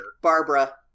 Barbara